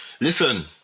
Listen